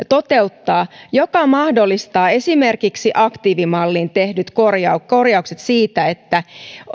toteuttaa mikä mahdollistaa esimerkiksi aktiivimalliin tehdyt korjaukset korjaukset siitä että